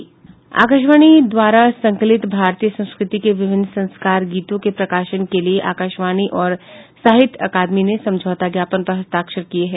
आकाशवाणी द्वारा संकलित भारतीय संस्कृति के विभिन्न संस्कार गीतों के प्रकाशन के लिए आकाशवाणी और साहित्य अकादमी ने समझौता ज्ञापन पर हस्ताक्षर किये हैं